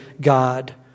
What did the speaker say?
God